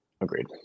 agreed